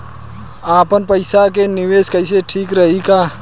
आपनपईसा के निवेस कईल ठीक रही का?